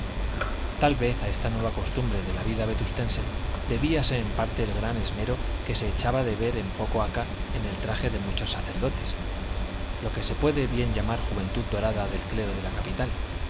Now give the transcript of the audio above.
tal vez a esta nueva costumbre de la vida vetustense debíase en parte el gran esmero que se echaba de ver de poco acá en el traje de muchos sacerdotes lo que se puede bien llamar juventud dorada del clero de la capital